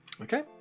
Okay